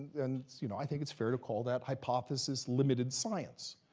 and you know i think it's fair to call that hypothesis limited science.